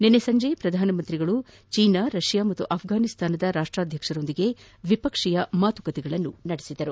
ನಿನ್ನೆ ಸಂಜೆ ಪ್ರಧಾನ ಮಂತ್ರಿ ಮೋದಿ ಅವರು ಚೀನಾ ರಷ್ಕಾ ಮತ್ತು ಆಫ್ರಾನಿಸ್ತಾನದ ಅಧ್ಯಕ್ಷರೊಂದಿಗೆ ದ್ವಿಪಕ್ಷೀಯ ಮಾತುಕತೆ ನಡೆಸಿದರು